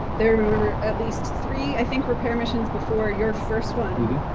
there were at least three, i think, repair missions before your first one.